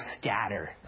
scatter